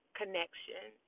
connection